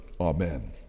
Amen